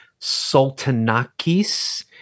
Sultanakis